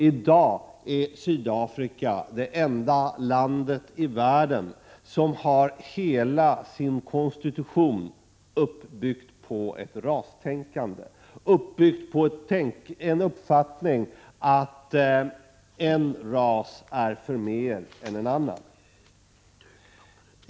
I dag är Sydafrika det enda landet i världen som har hela sin konstitution uppbyggd på ett rastänkande, uppbyggt på en uppfattning att en ras är förmer än en annan.